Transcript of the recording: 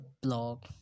blog